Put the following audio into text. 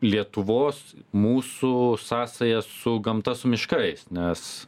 lietuvos mūsų sąsajas su gamta su miškais nes